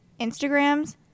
Instagrams